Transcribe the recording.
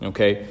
Okay